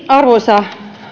arvoisa